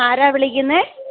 ആരാണു വിളിക്കുന്നത്